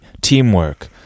teamwork